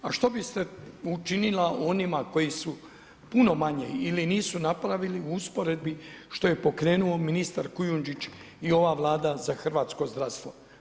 A što biste učinila onima koji su puno manje ili nisu napravili u usporedbi što je pokrenuo ministar Kujundžić i ova Vlada za hrvatsko zdravstvo?